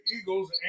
Eagles